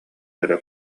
өрө